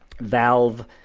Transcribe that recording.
Valve